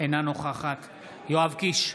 אינה נוכחת יואב קיש,